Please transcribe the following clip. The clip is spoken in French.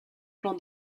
plan